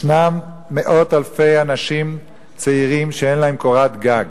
ישנם מאות אלפי אנשים צעירים שאין להם קורת גג.